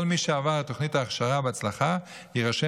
כל מי שעבר את תוכנית ההכשרה בהצלחה יירשם